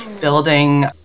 building